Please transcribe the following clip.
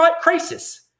crisis